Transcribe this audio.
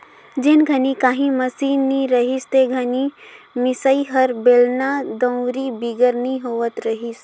जेन घनी काही मसीन नी रहिस ते घनी मिसई हर बेलना, दउंरी बिगर नी होवत रहिस